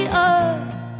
up